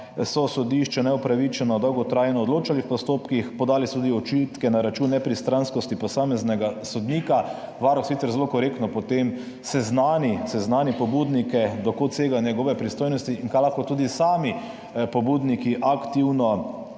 so sodišča neupravičeno dolgotrajno odločala v postopkih, podali so tudi očitke na račun nepristranskosti posameznega sodnika. Varuh je sicer zelo korektno potem seznani pobudnike, do kod segajo njegove pristojnosti in kaj lahko tudi sami pobudniki aktivno